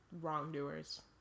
wrongdoers